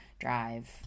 drive